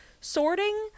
sorting